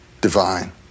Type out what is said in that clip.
divine